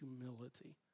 humility